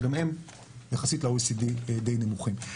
שגם הם יחסית ל-OECD די נמוכים.